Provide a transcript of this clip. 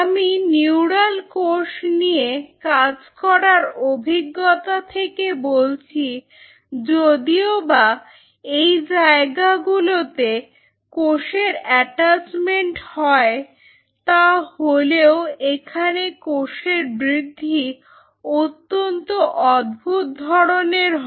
আমি নিউরাল কোষ নিয়ে কাজ করার অভিজ্ঞতা থেকে বলছি যদিও বা এই জায়গা গুলোতে কোষের অ্যাটাচমেন্ট হয় তা হলেও এখানে কোষের বৃদ্ধি অত্যন্ত অদ্ভুদ ধরনের হয়